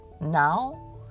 Now